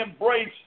embrace